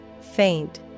faint